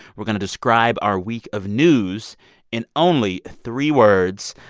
we're going to describe our week of news in only three words.